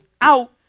out